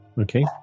Okay